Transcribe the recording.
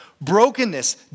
brokenness